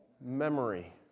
memory